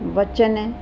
वचन